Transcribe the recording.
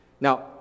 Now